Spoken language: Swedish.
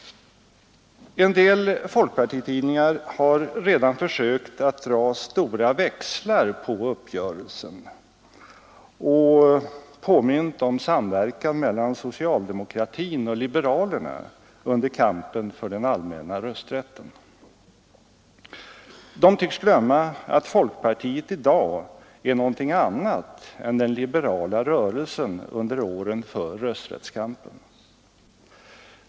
En del folkpartitidningar har redan försökt att dra stora växlar på uppgörelsen och påmint om samverkan mellan socialdemokratin och liberalerna under kampen för den allmänna rösträtten. De tycks glömma att folkpartiet i dag är någonting annat än den liberala rörelsen under åren för rösträttskampen.